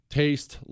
taste